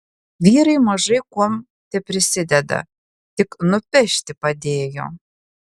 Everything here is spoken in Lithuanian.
vyrai mažai kuom teprisideda tik nupešti padėjo